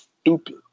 stupid